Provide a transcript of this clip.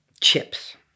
Chips